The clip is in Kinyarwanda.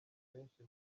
menshi